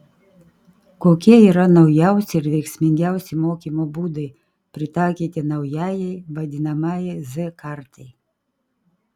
kokie yra naujausi ir veiksmingiausi mokymo būdai pritaikyti naujajai vadinamajai z kartai